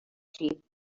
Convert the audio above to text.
sheep